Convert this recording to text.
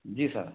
जी sir